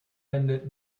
wendet